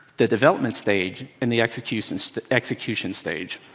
the development stage, and the execution the execution stage.